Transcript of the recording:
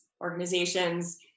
organizations